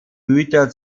güter